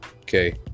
Okay